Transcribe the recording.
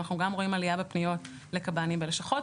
אז באמת ביחד עם מועצת החכמים פה אנחנו נתאם ביחד עם משרד החינוך,